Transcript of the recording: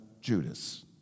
Judas